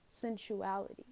sensuality